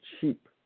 cheap